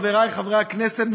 חברי חברי הכנסת,